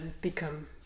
become